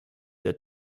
der